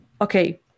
okay